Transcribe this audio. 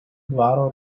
dvaro